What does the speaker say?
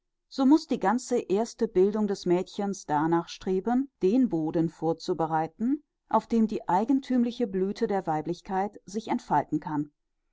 so muß die ganze erste bildung des mädchens danach streben den boden vorzubereiten auf dem die eigenthümliche blüthe der weiblichkeit sich entfalten kann